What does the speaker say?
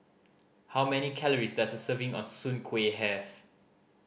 how many calories does a serving of soon kway have